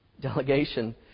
Delegation